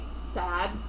sad